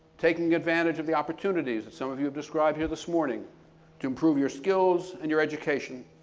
taking advantage of the opportunities that some of you have described here this morning to improve your skills and your education,